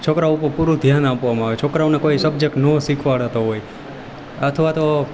છોકરા ઉપર પૂરું ધ્યાન આપવામાં આવે છોકરાઓને કોઈ સબ્જેક્ટ ન શિખવાડાતો હોય અથવા તો